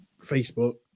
Facebook